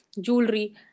jewelry